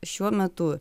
šiuo metu